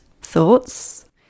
thoughts